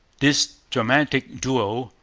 this dramatic duel,